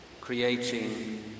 creating